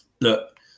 Look